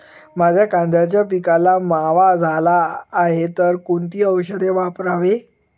माझ्या कांद्याच्या पिकाला मावा झाला आहे तर कोणते औषध वापरावे?